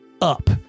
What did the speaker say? up